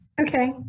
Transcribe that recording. Okay